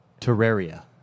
Terraria